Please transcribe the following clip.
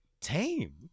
tame